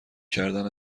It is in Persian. کردن